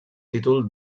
títol